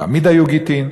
תמיד היו גטין,